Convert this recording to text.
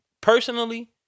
personally